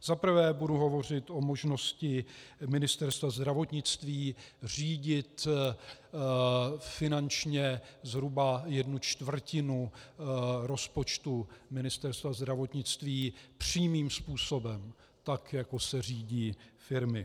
Za prvé budu hovořit o možnosti Ministerstva zdravotnictví řídit finančně zhruba jednu čtvrtinu rozpočtu Ministerstva zdravotnictví přímým způsobem, tak jako se řídí firmy.